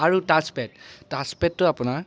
আৰু touch pad touch পেডটো আপোনাৰ